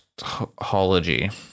hology